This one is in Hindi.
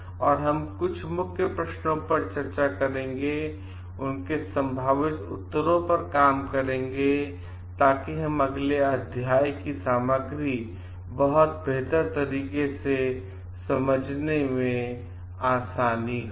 और हम कुछ मुख्य प्रश्नों पर चर्चा करेंगे उनके संभावित उत्तरों पर काम करेंगे ताकि हमें अगले अध्याय की सामग्री बहुत बेहतर तरीके से समझने में आसानी हो